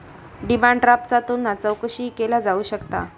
demand ड्राफ्टचा तुलना चेकशीही केला जाऊ शकता